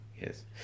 Yes